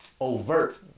overt